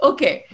Okay